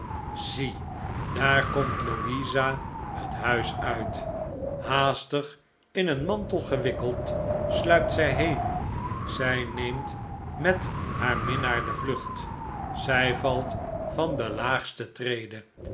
zie daar komt louisa het huis uit haastig in een mantel gewikkeld sluipt zij heen zij neemt met haar minnaar de vlucht zij valt van de laagste trede